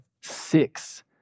six